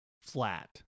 flat